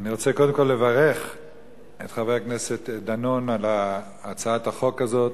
אני רוצה קודם כול לברך את חבר הכנסת דנון על הצעת החוק הזו,